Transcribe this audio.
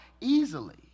easily